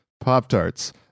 Pop-Tarts